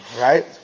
right